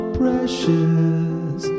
precious